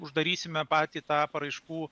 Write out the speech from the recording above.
uždarysime patį tą paraiškų